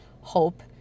hope